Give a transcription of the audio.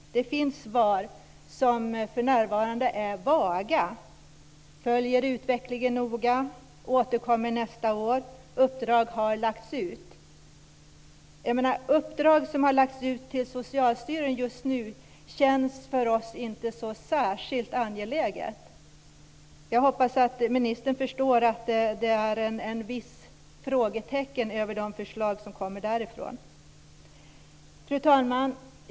Det finns svar som är vaga, t.ex. följer utvecklingen noga, återkommer nästa år och uppdrag har lagts ut. Uppdrag som just nu har lagts ut till Socialstyrelsen känns inte så särskilt angeläget för oss. Jag hoppas att ministern förstår att det finns vissa frågetecken när det gäller de förslag som kommer därifrån. Fru talman!